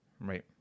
Right